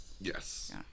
Yes